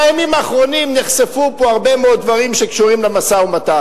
בימים האחרונים נחשפו פה הרבה מאוד דברים שקשורים למשא-ומתן.